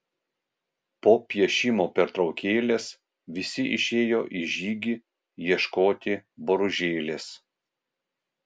po piešimo pertraukėlės visi išėjo į žygį ieškoti boružėlės